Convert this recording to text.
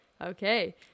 Okay